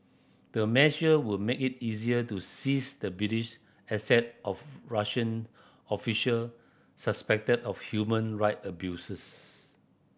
the measure would make it easier to seize the British asset of Russian official suspected of human right abuses